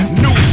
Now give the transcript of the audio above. new